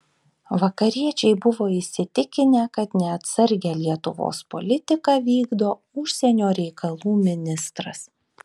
vakariečiai buvo įsitikinę kad neatsargią lietuvos politiką vykdo užsienio reikalų ministras